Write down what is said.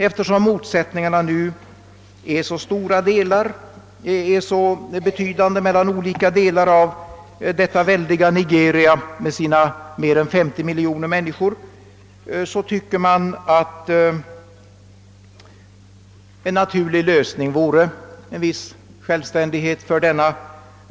Eftersom motsättningarna nu är så betydande mellan olika delar av detta väldiga Nigeria med dess mer än 50 miljoner människor tycker man att en naturlig lösning vore en viss självständighet för östprovinsen.